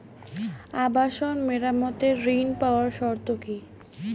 আবাসন মেরামতের ঋণ পাওয়ার শর্ত কি?